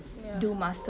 ya